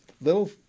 little –